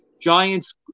giants